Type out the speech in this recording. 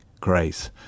grace